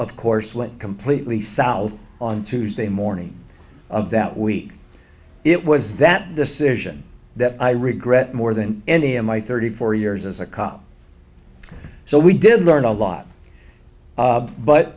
of course went completely south on tuesday morning of that week it was that decision that i regret more than any of my thirty four years as a cop so we did learn a lot